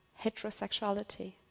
heterosexuality